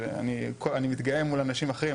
אני מתגאה מול אנשים אחרים,